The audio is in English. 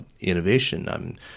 innovation